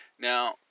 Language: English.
Now